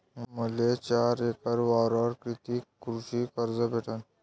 मले चार एकर वावरावर कितीक कृषी कर्ज भेटन?